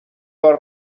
بار